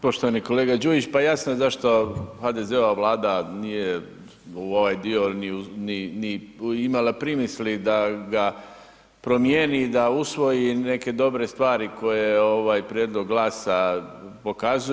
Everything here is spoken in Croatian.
Poštovani kolega Đujić, pa jasno zašto HDZ-ova Vlada nije u ovaj dio ni imala primisli da ga promijeni i da usvoji neke dobre stvari koje je ovaj prijedlog GLAS-a pokazuje.